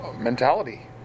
mentality